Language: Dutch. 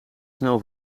snel